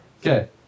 okay